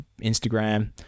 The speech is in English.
Instagram